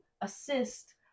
assist